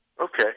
Okay